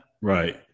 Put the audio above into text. right